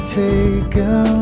taken